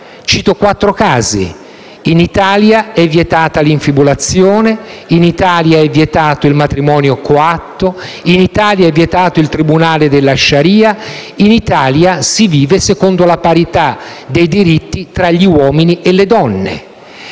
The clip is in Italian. Cito quattro casi: in Italia è vietata l'infibulazione; in Italia è vietato il matrimonio coatto; in Italia è vietato il tribunale della *sharia*; in Italia si vive secondo la parità dei diritti tra gli uomini e le donne.